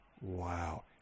Wow